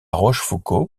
rochefoucauld